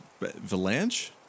Valanche